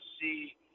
see